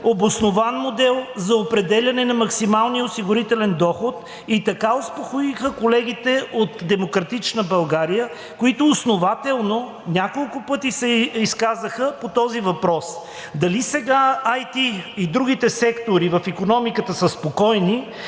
обоснован модел за определяне на максималния осигурителен доход, и така успокоиха колегите от „Демократична България“, които основателно няколко пъти се изказаха по този въпрос. Дали сега IT и другите сектори в икономиката са спокойни,